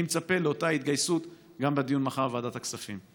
אני מצפה לאותה התגייסות גם בדיון מחר בוועדת הכספים.